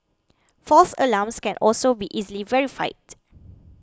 false alarms can also be easily verified